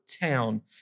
town